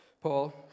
Paul